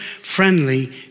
friendly